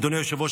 אדוני היושב-ראש,